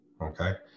Okay